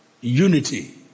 Unity